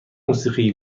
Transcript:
موسیقی